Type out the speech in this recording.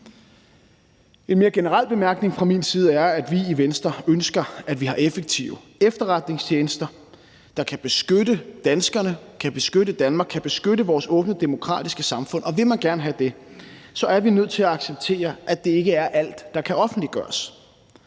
En mere generel bemærkning fra min side er, at vi i Venstre ønsker, at vi har effektive efterretningstjenester, der kan beskytte danskerne, der kan beskytte Danmark, der kan beskytte vores åbne demokratiske samfund, og vil man gerne have det, er vi nødt til at acceptere, at det ikke er alt, der kan offentliggøres.